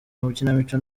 amakinamico